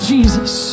Jesus